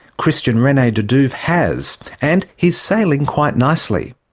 christian rene de duve has, and he's sailing quite nicely.